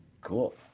Cool